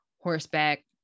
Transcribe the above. horseback